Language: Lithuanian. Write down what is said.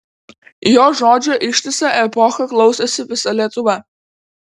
jo žodžio ištisą epochą klausėsi visa lietuva